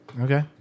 Okay